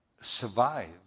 survive